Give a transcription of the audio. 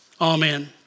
amen